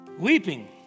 Weeping